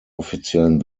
offiziellen